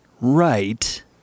right